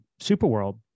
Superworld